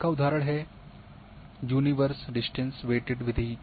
इसका उदाहरण है यूनिवर्स डिस्टेंस वे टेड विधि